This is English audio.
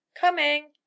Coming